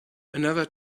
another